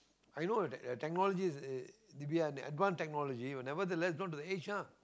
I know that technology is is uh advance technology but nevertheless not at their age lah